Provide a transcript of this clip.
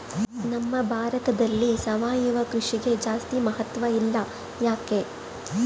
ನಮ್ಮ ಭಾರತದಲ್ಲಿ ಸಾವಯವ ಕೃಷಿಗೆ ಜಾಸ್ತಿ ಮಹತ್ವ ಇಲ್ಲ ಯಾಕೆ?